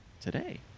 today